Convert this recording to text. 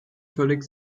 völlig